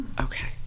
Okay